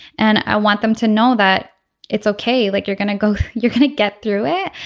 and i want them to know that it's ok like you're going to go you're going to get through it.